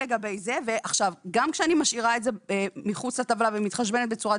גם כשאני משאירה את זה מחוץ לטבלה ומתחשבנת בצורת